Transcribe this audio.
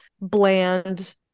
bland